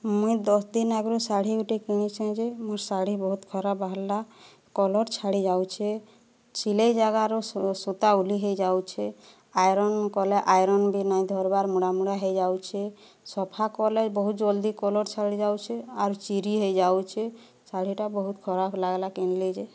ମୁଇଁ ଦଶ୍ ଦିନ୍ ଆଗରୁ ଶାଢ଼ୀ ଗୁଟେ କିଣିଛେ ଯେ ମୋର୍ ଶାଢ଼ୀ ବହୁତ ଖରାପ୍ ବାହାରଲା କଲର୍ ଛାଡ଼ିଯାଉଛେ ସିଲେଇ ଜାଗାରୁ ସୂତା ଉଲି ହେଇଯାଉଛେ ଆଇରନ୍ କଲେ ଆଇରନ୍ ବି ନାଇଁ ଧରବାର୍ ମୁଡ଼ା ମୁଡ଼ା ହେଇଯାଉଛେ ସଫା କଲେ ବହୁତ ଜଲ୍ଦି କଲର୍ ଛାଡ଼ିଯାଉଛେ ଆର୍ ଚିରି ହେଇଯାଉଛେ ଶାଢ଼ୀଟା ବହୁତ ଖରାପ୍ ଲାଗଲା କିଣଲି ଯେ